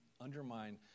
undermine